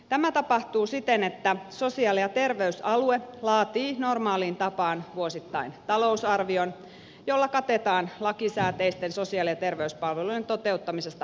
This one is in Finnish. tämä tapahtuu siten että sosiaali ja terveysalue laatii normaaliin tapaan vuosittain talousarvion jolla katetaan lakisääteisten sosiaali ja terveyspalvelujen toteuttamisesta aiheutuvat kustannukset